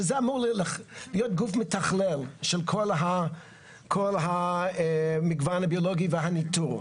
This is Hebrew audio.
וזה אמור להיות גוף מתכלל של כל המגוון הביולוגי והניתור.